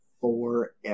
forever